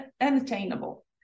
unattainable